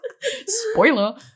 Spoiler